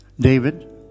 David